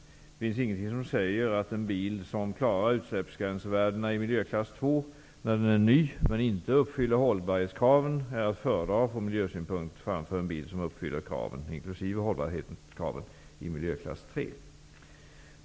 Det finns ingenting som säger att en bil, som klarar utsläppsgränsvärdena i miljöklass 2 när den är ny men som inte uppfyller hållbarhetskraven, är att föredra från miljösynpunkt framför en bil som uppfyller kraven, inkl. hållbarhetskraven, i miljöklass 3.